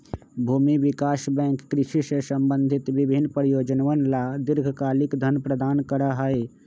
भूमि विकास बैंक कृषि से संबंधित विभिन्न परियोजनअवन ला दीर्घकालिक धन प्रदान करा हई